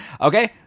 Okay